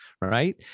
right